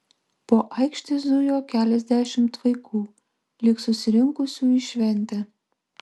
po aikštę zujo keliasdešimt vaikų lyg susirinkusių į šventę